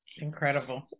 Incredible